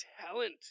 talent